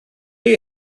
chi